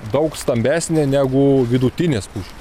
daug stambesnė negu vidutinės pušys